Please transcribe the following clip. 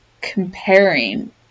comparing